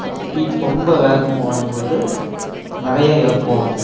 ஸ்பீ ரொம்ப வேகமாக ஓடும்போது நிறைய இளப்பு வாங்கும்